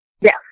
Yes